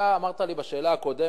אתה אמרת לי בשאלה הקודמת: